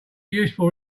useful